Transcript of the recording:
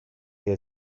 que